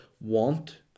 want